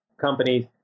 companies